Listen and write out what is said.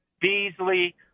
Beasley